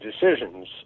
decisions